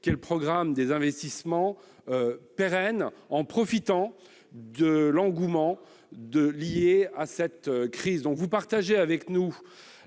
qu'elles programment des investissements pérennes en profitant de l'engouement lié à cette crise.